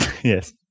Yes